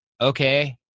okay